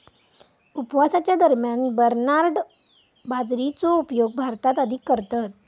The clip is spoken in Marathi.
उपवासाच्या दरम्यान बरनार्ड बाजरीचो उपयोग भारतात अधिक करतत